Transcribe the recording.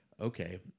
okay